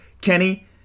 Kenny